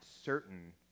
certain